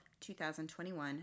2021